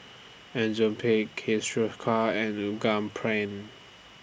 Enzyplex and